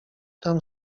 tam